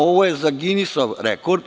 Ovo je za Ginisov rekord.